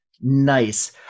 Nice